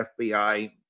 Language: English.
FBI